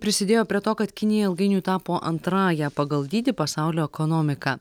prisidėjo prie to kad kinija ilgainiui tapo antrąja pagal dydį pasaulio ekonomika